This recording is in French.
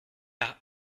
par